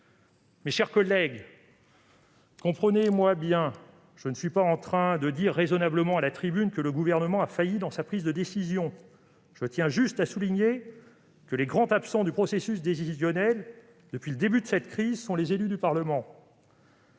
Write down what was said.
Mes chers collègues, comprenez-moi bien : je ne suis pas en train de dire raisonnablement à la tribune que le Gouvernement a failli dans sa prise de décision. Je tiens juste à souligner que les grands absents du processus décisionnel depuis le début de cette crise sont les élus du Parlement,